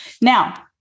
Now